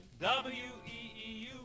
W-E-E-U